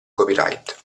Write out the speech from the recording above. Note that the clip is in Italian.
copyright